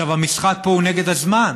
המשחק פה הוא נגד הזמן,